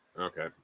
okay